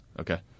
Okay